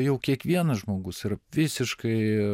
jau kiekvienas žmogus yra visiškai